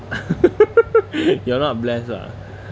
you're not blessed lah